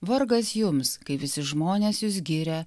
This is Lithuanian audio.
vargas jums kai visi žmonės jus giria